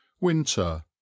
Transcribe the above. winter